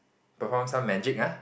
perform some magic ah